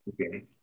Okay